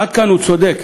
עד כאן הוא צודק,